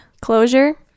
closure